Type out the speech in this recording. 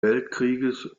weltkrieges